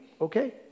Okay